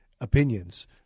opinions